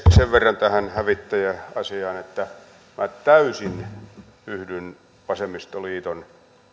sen verran tähän hävittäjäasiaan että minä täysin yhdyn vasemmistoliiton